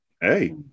hey